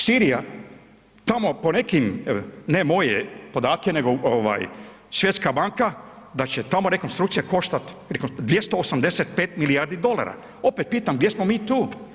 Sirija tamo po nekim, ne moje podatke, nego ovaj Svjetska banka da će tamo rekonstrukcija koštat 285 milijardi dolara, opet pitam gdje smo mi tu?